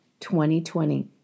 2020